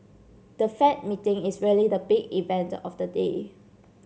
the Fed meeting is really the big event of the day